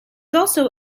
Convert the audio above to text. also